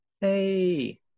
Hey